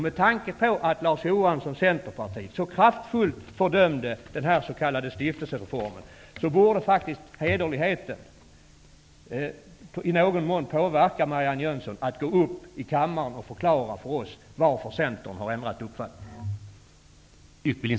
Med tanke på att Larz Johansson från Centerpartiet så kraftfullt fördömde den s.k. stiftelsereformen borde faktiskt hederligheten i någon mån påverka Marianne Jönsson att gå upp i debatten i kammaren och förklara för oss varför Centern har ändrat uppfattning.